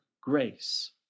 grace